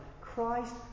Christ